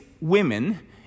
women